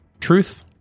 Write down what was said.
Truth